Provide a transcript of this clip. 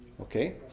Okay